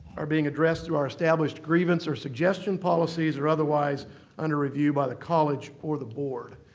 are being addressed through our established grievance or suggestion policies or otherwise under review by the college or the board.